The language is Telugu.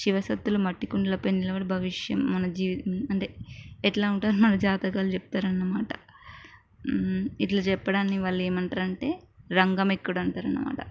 శివ శక్తులు మట్టి కుండలపై నిలబడి భవిష్యం మన జీవి అంటే ఎట్లా ఉంటుందో మన జాతకాలు చెప్తారు అనమాట ఇలా చెప్పడాన్ని వాళ్ళు ఏమంటారంటే రంగం ఎక్కుడు అంటారు అన్నమాట